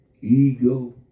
ego